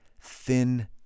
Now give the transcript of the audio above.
thin